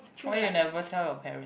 why you never tell your parents